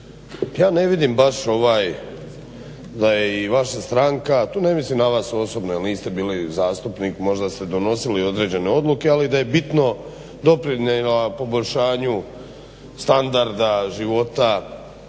ja ne vidim baš ovaj da je i vaša stranka, tu ne mislim na vas osobno jer niste bili zastupnik, možda ste donosili određene odluke ali da je bitno doprinijela poboljšanju standarda života